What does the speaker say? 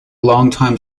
longtime